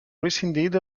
rescinded